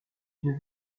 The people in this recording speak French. une